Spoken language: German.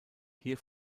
hier